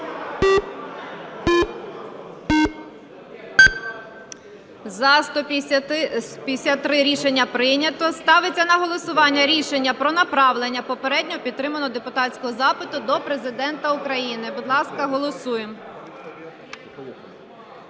За-153 Рішення прийнято. Ставиться на голосування рішення про направлення попередньо підтриманого депутатського запиту до Президента України. Будь ласка, голосуємо.